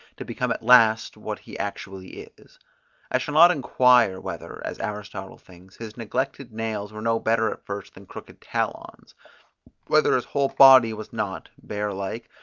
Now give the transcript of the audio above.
to become at last what he actually is i shall not inquire whether, as aristotle thinks, his neglected nails were no better at first than crooked talons whether his whole body was not, bear-like,